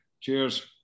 Cheers